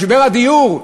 משבר הדיור,